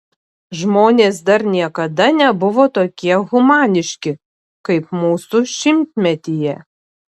žmonės dar niekada nebuvo tokie humaniški kaip mūsų šimtmetyje